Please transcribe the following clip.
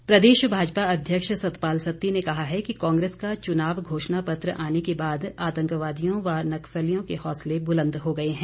सत्ती प्रदेश भाजपा अध्यक्ष सतपाल सत्ती ने कहा है कि कांग्रेस का चुनाव घोषणा पत्र आने के बाद आतंकवादीयों व नक्सलियों के हौंसले बुलंद हो गए हैं